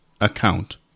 account